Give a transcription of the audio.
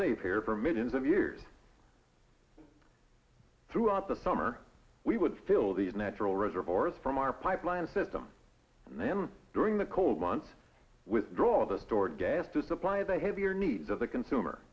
safe here for millions of years throughout the summer we would fill the natural reservoirs from our pipeline system and then during the cold months withdraw the stored gas to supply a behavior needs of the consumer